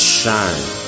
shine